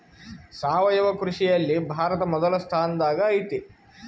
ಸಾವಯವ ಕೃಷಿಯಲ್ಲಿ ಭಾರತ ಮೊದಲ ಸ್ಥಾನದಾಗ್ ಐತಿ